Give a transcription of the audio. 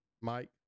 Mike